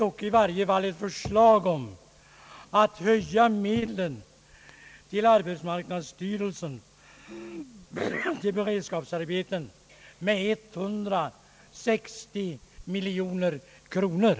Faktum är ju att riksdagen här föreslås höja arbetsmarknadsstyrelsens medel till beredskapsarbeten med 160 miljoner kronor.